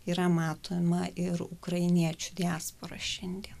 yra matoma ir ukrainiečių diaspora šiandien